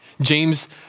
James